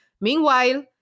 Meanwhile